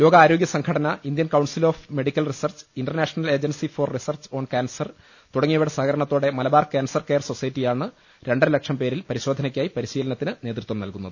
ലോകാരോഗ്യസംഘടന Indian council of medical research international agency for research on cancer തുടങ്ങിയവയുടെ സഹകരണത്തോടെ Malabar cancer care സൊസൈറ്റിയാണ് രണ്ടരലക്ഷം പേരിൽ പരിശോധനയ്ക്കായി പരിശീലനത്തിന് നേതൃത്വം നൽകുന്നത്